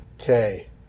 Okay